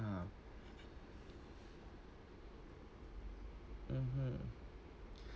mmhmm